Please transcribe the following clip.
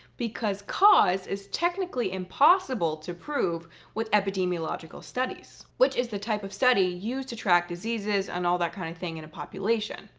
because cause is technically impossible to prove with epidemiological studies, which is the type of study used to track diseases and all that kind of thing in a population.